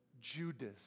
Judas